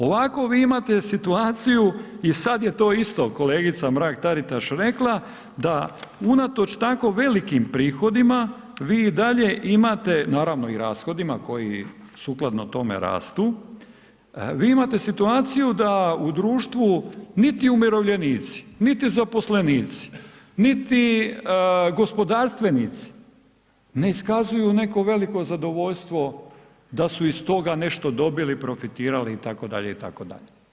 Ovako vi imate situaciju i sada je isto kolegica Mrak Taritaš rekla, da unatoč tako velikim prihodima vi i dalje imate, naravno i rashodima koji sukladno tome rastu, vi imate situaciju da u društvu niti umirovljenici, niti zaposlenici, niti gospodarstvenici ne iskazuju neko veliko zadovoljstvo da su iz toga nešto dobili, profitirali itd., itd.